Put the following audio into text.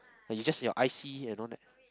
you just your I_C and all that